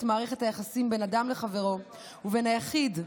מערכת היחסים בין אדם לחברו ובין היחיד למדינה.